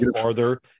farther